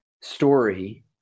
story